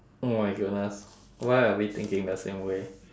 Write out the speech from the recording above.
oh my goodness why are we thinking the same way